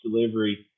delivery